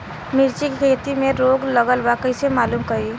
मिर्ची के खेती में रोग लगल बा कईसे मालूम करि?